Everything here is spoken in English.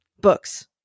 Books